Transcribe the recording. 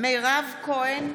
מירב כהן,